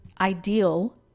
ideal